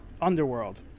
underworld